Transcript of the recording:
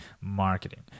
marketing